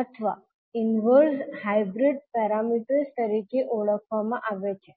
અથવા inverse hybrid parameters તરીકે ઓળખવામાં આવે છે